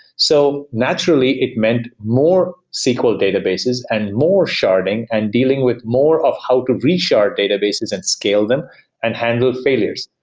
so naturally it meant more sql databases and more sharding and dealing with more of how to re-shard databases and scale them and handle failures.